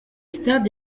stade